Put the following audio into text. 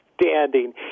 standing